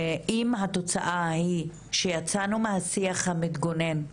אם התוצאה היא שיצאנו מהשיח המתגונן,